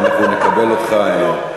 אנחנו נקבל אותך היום.